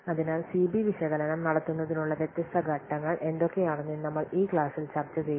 അതിനാൽ C B വിശകലനം നടത്തുന്നതിനുള്ള വ്യത്യസ്ത ഘട്ടങ്ങൾ എന്തൊക്കെയാണെന്ന് ഇന്ന് നമ്മൾ ഈ ക്ലാസ്സിൽ ചർച്ചചെയ്തു